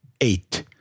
eight